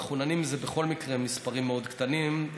המחוננים זה בכל מקרה מספרים מאוד קטנים.